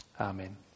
Amen